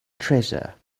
treasure